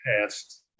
past